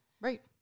right